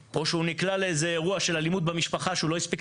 שנקלע לאירוע של אלימות במשפחה שלא הספיק